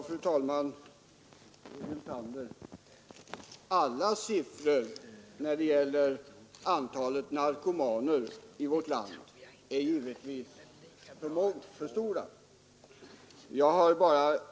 Fru talman! Alla siffror när det gäller antalet narkomaner i vårt land, herr Hyltander, är givetvis för höga.